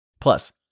Plus